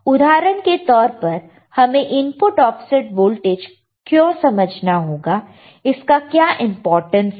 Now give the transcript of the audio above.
उदाहरण के तौर पर हमें इनपुट ऑफसेट वोल्टेज क्यों समझना होगा इसका क्या इंपोर्टेंस है